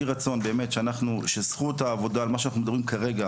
יהי רצון שזכות העבודה על מה שאנחנו מדברים כרגע,